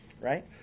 Right